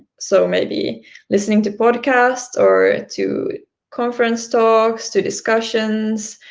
so maybe listening to podcasts, or to conference talks, to discussions,